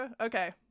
Okay